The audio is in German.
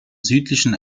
südlichen